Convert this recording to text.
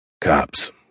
Cops